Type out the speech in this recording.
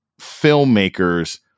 filmmakers